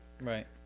Right